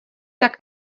tak